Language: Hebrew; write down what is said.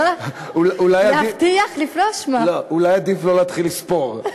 אולי עדיף לא להתחיל לספור.